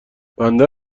بنده